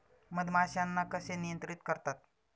मधमाश्यांना कसे नियंत्रित करतात?